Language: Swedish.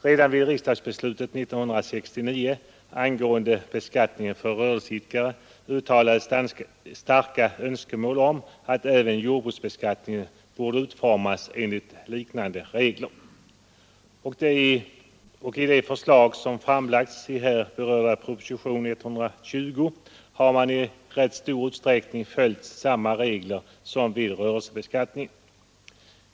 Redan vid riksdagsbeslutet 1969 angående beskattningen för rörelseidkare uttalades starka önskemål om att även jordbruksbeskattningen borde utformas enligt liknande regler, och i de förslag som framlagts i här berörda proposition, nr 120, har man i rätt stor utsträckning följt samma regler som vid rörelsebeskattning.